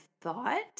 thought